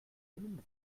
einen